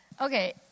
Okay